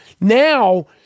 now